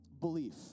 belief